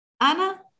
Ana